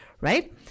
right